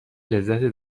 لذت